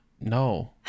no